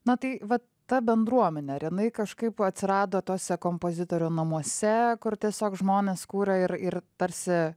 na tai va ta bendruomenė ar jinai kažkaip atsirado tuose kompozitorių namuose kur tiesiog žmonės kūrė ir ir tarsi